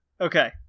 Okay